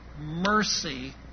mercy